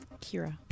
Kira